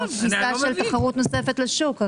כניסה של תחרות נוספת לשוק?